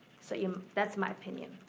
so um that's my opinion.